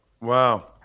Wow